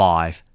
Five